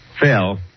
Phil